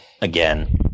again